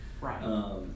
right